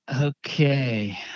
Okay